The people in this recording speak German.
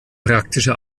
praktische